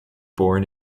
born